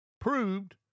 proved